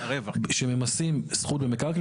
שממסים זכות במקרקעין,